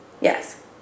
Yes